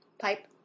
Pipe